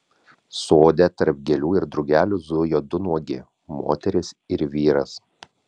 sode tarp gėlių ir drugelių zujo du nuogi moteris ir vyras